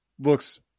looks